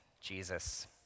Jesus